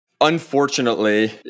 Unfortunately